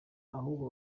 ahubwo